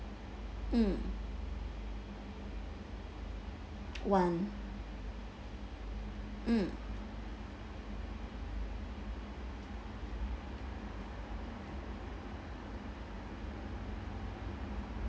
mm one mm